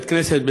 בית-כנסת,